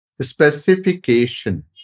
Specification